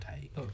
take